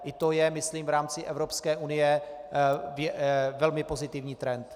I to je myslím v rámci Evropské unie velmi pozitivní trend.